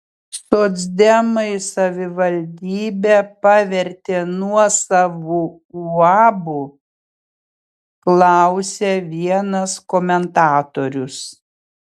socdemai savivaldybę pavertė nuosavu uabu klausia vienas komentatorius